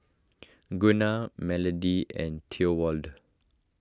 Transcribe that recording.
Gunnar Melodie and Thorwald